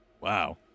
Wow